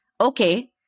okay